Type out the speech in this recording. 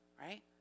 right